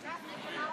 עם חלק הצלחתי לדבר,